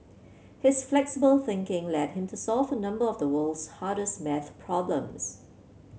his flexible thinking led him to solve a number of the world's hardest maths problems